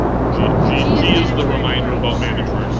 g is the reminder about mandatory